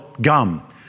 gum